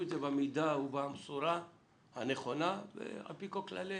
את זה במידה ובמשורה הנכונה על פי כל כללי